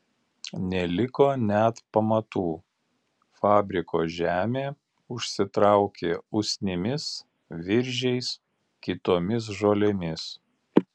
neliko net pamatų fabriko žemė užsitraukė usnimis viržiais kitomis žolėmis